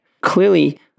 clearly